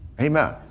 Amen